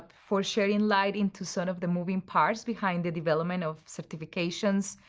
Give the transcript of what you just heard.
for shedding light into some of the moving parts behind the development of certifications,